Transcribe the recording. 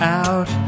out